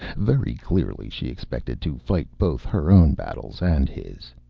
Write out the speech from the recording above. very clearly she expected to fight both her own battles and his.